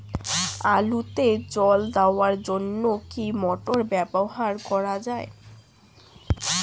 আলুতে জল দেওয়ার জন্য কি মোটর ব্যবহার করা যায়?